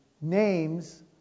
names